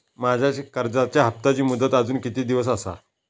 माझ्या कर्जाचा हप्ताची मुदत अजून किती दिवस असा?